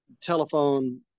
telephone